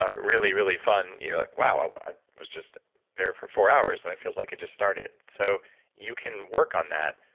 ah really, really fun, you're like, wow, i was just there for four hours and it feels like it just started. so you can work on that.